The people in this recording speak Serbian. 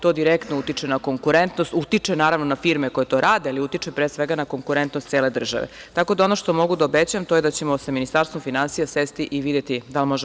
To direktno utiče na konkurentnost, utiče, naravno, na firme koje to rade, ali utiče, pre svega, na konkurentnost cele države, tako da ono što mogu da obećam to je da ćemo sa Ministarstvom finansija sesti i videti da li možemo